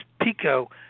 PICO